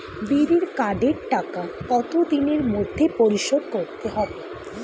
বিড়ির কার্ডের টাকা কত দিনের মধ্যে পরিশোধ করতে হবে?